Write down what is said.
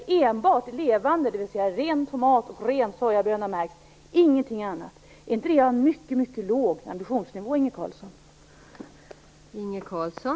Enbart levande - dvs. ren tomat och ren sojaböna - mat skall märkas, ingenting annat. Är inte det en mycket låg ambitionsnivå, Inge Carlsson?